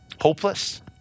Hopeless